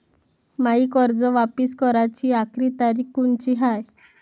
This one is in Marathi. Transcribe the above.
मायी कर्ज वापिस कराची आखरी तारीख कोनची हाय?